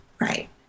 Right